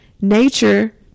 nature